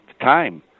time